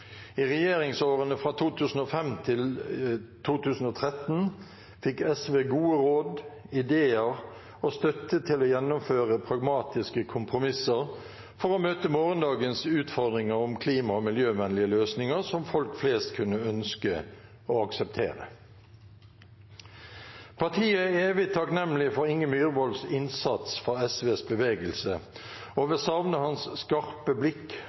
I regjeringsårene fra 2005 til 2013 fikk SV gode råd, ideer og støtte til å gjennomføre pragmatiske kompromisser for å møte morgendagens utfordringer om klima- og miljøvennlige løsninger som folk flest kunne ønske og akseptere. Partiet er evig takknemlig for Inge Myrvolls innsats for SVs bevegelse og vil savne hans skarpe blikk